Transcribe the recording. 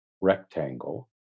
rectangle